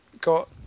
got